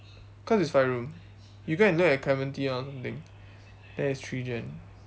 cause it's five room you go and look at clementi [one] or something that is three gen